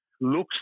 looks